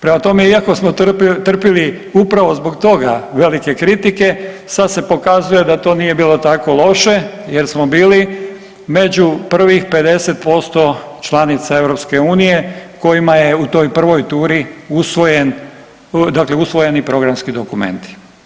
Prema tome, iako smo trpili upravo zbog toga velike kritike sad se pokazuje da to nije bilo tako loše jer smo bili među prvih 50% članica EU kojima je u toj prvoj turi usvojen, dakle usvojeni programski dokumenti.